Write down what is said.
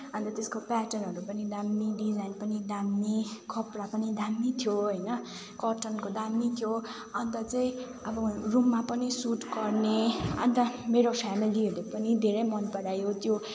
अनि त्यसको प्याटर्नहरू पनि दामी डिजाइन पनि दामी कपडा पनि दामी थियो होइन कटनको दामी थियो अन्त चाहिँ अब रुममा पनि सुट गर्ने अन्त मेरो फ्यामिलीहरूले पनि धेरै मन परायो त्यो